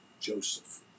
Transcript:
Joseph